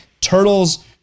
turtles